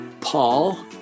paul